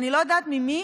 אני לא יודעת ממי,